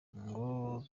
ngo